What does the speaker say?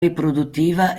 riproduttiva